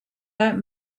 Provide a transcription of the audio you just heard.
out